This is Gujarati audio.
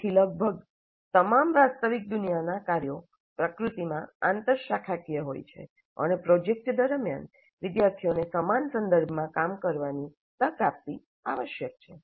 તેથી લગભગ તમામ વાસ્તવિક દુનિયાનાં કાર્યો પ્રકૃતિમાં આંતરશાખાકીય હોય છે અને પ્રોજેક્ટ દરમિયાન વિદ્યાર્થીઓને સમાન સંદર્ભમાં કામ કરવાની તક આપવી આવશ્યક છે